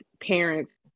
parents